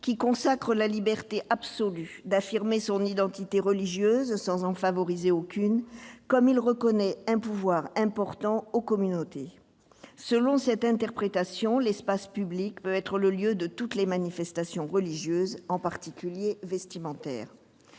qui consacre la liberté absolue d'affirmer son identité religieuse, sans en favoriser aucune, comme il reconnaît un pouvoir important aux « communautés ». Selon cette interprétation, l'espace public peut être le lieu de toutes les manifestations religieuses, en particulier vestimentaires.